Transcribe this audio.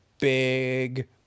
big